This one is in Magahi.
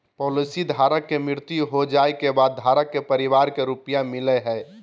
पॉलिसी धारक के मृत्यु हो जाइ के बाद धारक के परिवार के रुपया मिलेय हइ